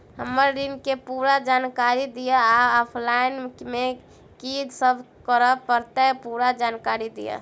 हम्मर ऋण केँ पूरा जानकारी दिय आ ऑफलाइन मे की सब करऽ पड़तै पूरा जानकारी दिय?